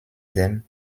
dem